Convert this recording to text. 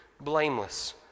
blameless